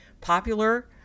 popular